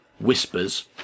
whispers